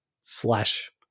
slash